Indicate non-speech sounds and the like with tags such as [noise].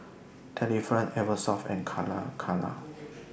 Delifrance Eversoft and Calacara [noise]